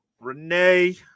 Renee